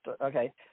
Okay